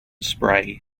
spray